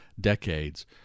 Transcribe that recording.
decades